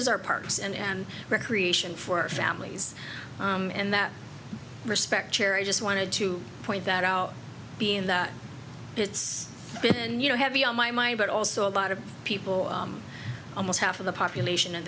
is our parks and recreation for our families and that respect sherry just wanted to point that out being that it's been you know heavy on my mind but also a lot of people almost half of the population